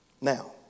Now